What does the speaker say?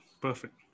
Perfect